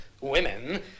women